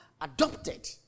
adopted